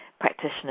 practitioners